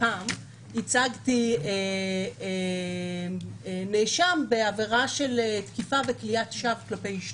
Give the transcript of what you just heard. פעם ייצגתי נאשם בעבירה של תקיפה וכליאת שווא כלפי אישתו.